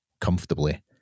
comfortably